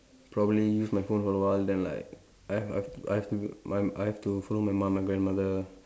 probably use my phone for a while then like I have I have to I have to my I have to follow my mum my grandmother